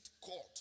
court